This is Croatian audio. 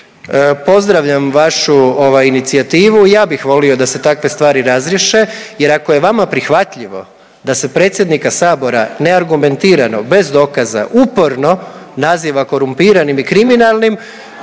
Pozdravljam vašu inicijativu. I ja bih volio da se takve stvari razriješe, jer ako je vama prihvatljivo da se predsjednika Sabora neargumentirano bez dokaza uporno naziva korumpiranim i kriminalnim